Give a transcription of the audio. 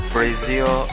Brazil